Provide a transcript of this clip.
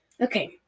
Okay